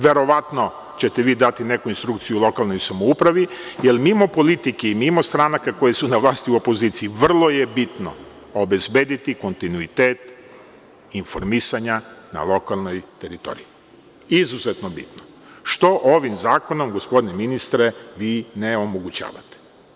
Verovatno ćete vi dati neku instrukciju lokalnoj samoupravi jer mimo politike i mimo stranaka koje su na vlasti u opoziciji, vrlo je bitno obezbediti kontinuitet informisanja na lokalnoj teritoriji, izuzetno bitno, što ovim zakonom, gospodine ministre, vi ne omogućavate.